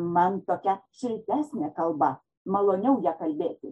man tokia šiltesnė kalba maloniau ja kalbėti